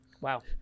Wow